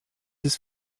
his